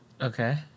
Okay